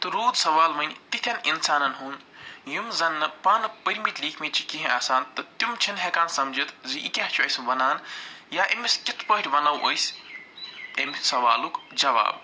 تہٕ روٗد سَوال وۅنۍ تِتھٮ۪ن اِنسانن ہُنٛد یِم زن نہٕ پانہٕ پٔرۍمِتۍ لیٖکھمٕتۍ چھِ کیٚنٛہہ آسان تہٕ تِم چھِنہٕ ہٮ۪کان سمجھِتھ زِ یہِ کیٛاہ چھُ اَسہِ وَنان یا أمِس کِتھٕ پٲٹھۍ وَنو أسۍ اَمہِ سوالُک جواب